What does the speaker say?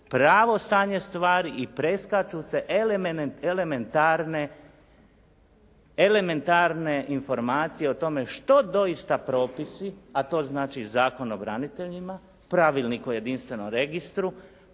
pravo stanje stvari i preskaču se elementarne informacije o tome što doista propisi, a to znači Zakon o braniteljima, Pravilnik o jedinstvenom registru,